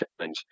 change